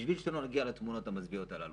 בשביל שלא נגיע לתמונות המזוויעות הללו.